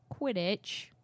Quidditch